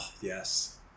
yes